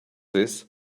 this